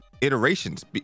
iterations